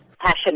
passion